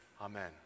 Amen